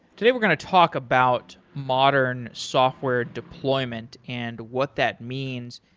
today we're going to talk about modern software deployment and what that means.